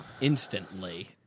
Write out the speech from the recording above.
Instantly